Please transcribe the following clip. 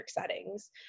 settings